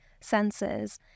senses